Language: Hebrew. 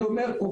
אני אומר פה,